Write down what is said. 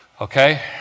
Okay